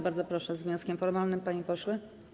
Bardzo proszę, z wnioskiem formalnym, panie pośle.